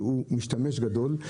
שהוא משתמש גדול,